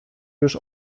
już